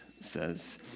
says